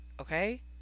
okay